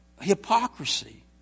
hypocrisy